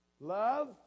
love